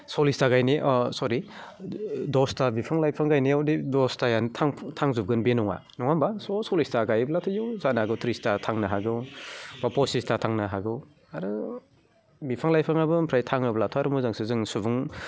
सल्लिसता गायनाया सरि दसता बिफां लाइफां गायनायाव दि बे दसतायानो थां थांजोबगोन बे नङा नङा होनबा स' सल्लिसता गायोब्लाथ' जों जानोहागौ त्रिसता थांनो हागौ बा पसिसता थांनो हागौ आरो बिफां लाइफाङाबो ओमफ्राय थाङोब्लाथ' आरो मोजांसो जों सुबुं